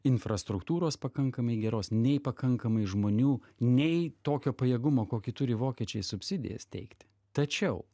infrastruktūros pakankamai geros nei pakankamai žmonių nei tokio pajėgumo kokį turi vokiečiai subsidijas teikt tačiau